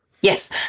Yes